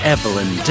Evelyn